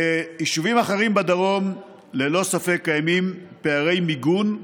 ביישובים אחרים בדרום ללא ספק קיימים פערי מיגון,